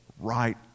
right